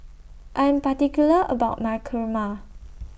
I Am particular about My Kurma